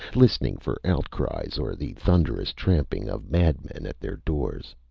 listening for outcries or the thunderous tramping of madmen at their doors.